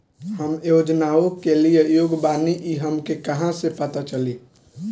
हम योजनाओ के लिए योग्य बानी ई हमके कहाँसे पता चली?